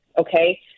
okay